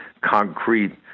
concrete